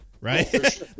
right